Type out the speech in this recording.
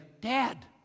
Dad